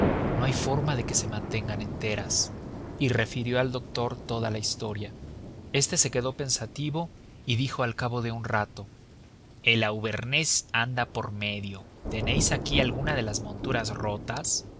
no hay forma de que se mantengan enteras y refirió al doctor toda la historia este se quedó pensativo y dijo al cabo de un rato el auvernés anda por medio tenéis aquí alguna de las monturas rotas